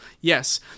Yes